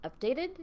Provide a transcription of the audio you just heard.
updated